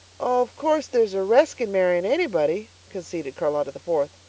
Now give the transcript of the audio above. of course there's a resk in marrying anybody, conceded charlotta the fourth,